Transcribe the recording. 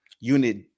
unit